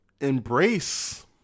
embrace